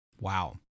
Wow